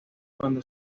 cuando